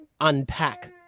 unpack